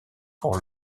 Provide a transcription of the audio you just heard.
pour